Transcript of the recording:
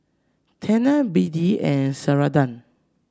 Tena B D and Ceradan